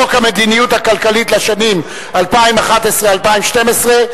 חוק המדיניות הכלכלית לשנים 2011 2012,